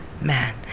man